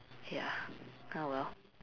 ya ah well